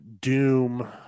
Doom